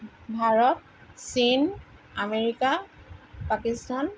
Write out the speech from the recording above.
ভাৰত চীন আমেৰিকা পাকিস্তান